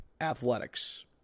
athletics